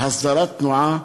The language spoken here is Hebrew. הסדרת תנועה,